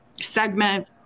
segment